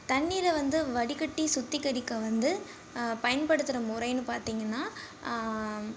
தண்ணீரை வந்து வடிகட்டி சுத்திகரிக்க வந்து பயன்படுத்துகிற முறைன்னு பார்த்தீங்கன்னா